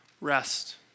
rest